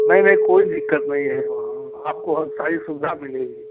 नहीं नहीं कोई दिक़्क़त नहीं है वहाँ आपको हर सारी सुविधा मिलेगी